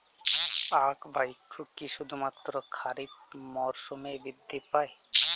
আখ বা ইক্ষু কি শুধুমাত্র খারিফ মরসুমেই বৃদ্ধি পায়?